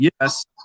Yes